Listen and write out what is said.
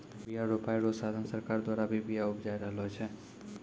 बिया रोपाय रो साधन सरकार द्वारा भी बिया उपजाय रहलो छै